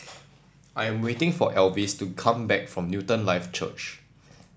I am waiting for Elvis to come back from Newton Life Church